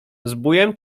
zbójem